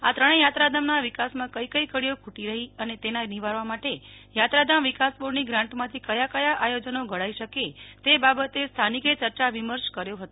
આ ત્રણેય યાત્રાધામના વિકાસમાં કઈ કઈ કડીઓ ખૂટી રહી છે અને તેને નિવારવા માટે યાત્રાધામ વિકાસ બોર્ડની ગ્રાન્ટમાંથી કયાં કયાં આયોજનો ઘડાઈ શકે તે બાબતે સ્થાનિકે ચર્ચા વિમર્શ કર્યો હતો